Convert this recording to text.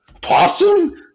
Possum